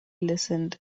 listened